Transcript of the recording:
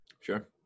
Sure